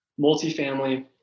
multifamily